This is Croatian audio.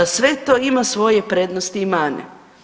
Sve to ima svoje prednosti i mane.